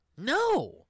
No